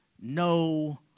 no